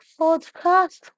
podcast